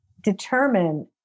determine